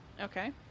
okay